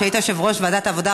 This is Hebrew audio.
כשהיית יושב-ראש ועדת העבודה,